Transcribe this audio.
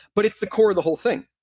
but it's the core of the whole thing.